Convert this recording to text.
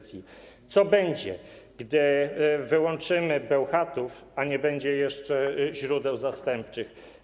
Co będzie, gdy wyłączymy Bełchatów, a nie będzie jeszcze źródeł zastępczych?